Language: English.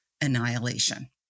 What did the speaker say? annihilation